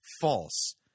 false